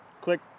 Click